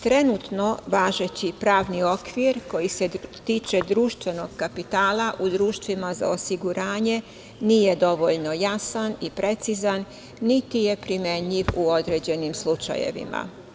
Trenutno važeći pravni okvir koji se tiče društvenog kapitala u društvima za osiguranje nije dovoljno jasan i precizan, niti je primenjiv u određenim slučajevima.